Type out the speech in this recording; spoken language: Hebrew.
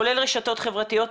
כולל רשתות חברתיות.